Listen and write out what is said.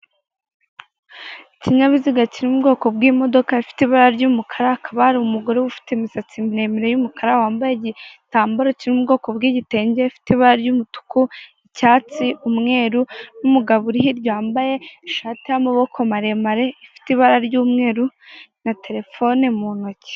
Ikinyabiziga kiri mu bwoko bw'imodoka ifite ibara ry'umukara, hakaba hari umugore ufite imisatsi miremire y'umukara wambaye igitambaro kiri mu bwoko bw'igitenge gifite ibara ry'umutuku, icyatsi, umweru n'umugabo uri hirya wambaye ishati y'amaboko maremare ifite ibara ry'umweru na telefone mu ntoki.